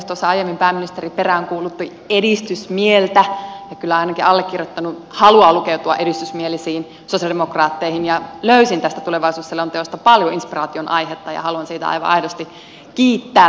tuossa aiemmin pääministeri peräänkuulutti edistysmieltä ja kyllä ainakin allekirjoittanut haluaa lukeutua edistysmielisiin sosialidemokraatteihin ja löysin tästä tulevaisuusselonteosta paljon inspiraation aihetta ja haluan siitä aivan aidosti kiittää